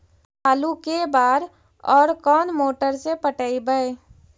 आलू के बार और कोन मोटर से पटइबै?